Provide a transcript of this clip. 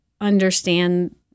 understand